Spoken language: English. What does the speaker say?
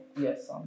Yes